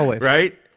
Right